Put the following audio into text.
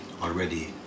already